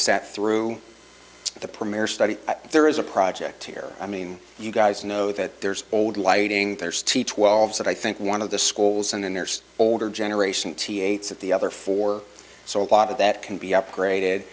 sat through the premier study there is a project here i mean you guys know that there's old lighting there's t twelve that i think one of the schools and then there's older generation t ates at the other four so a lot of that can be upgraded